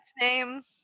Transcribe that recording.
name